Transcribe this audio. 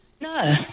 No